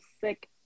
sick